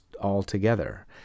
altogether